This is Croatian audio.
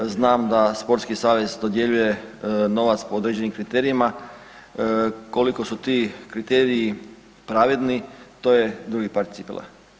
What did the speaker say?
Znam da Sportski savez dodjeljuje novac po određenim kriterijima, koliki su ti kriteriji pravedni, to je drugi par cipela.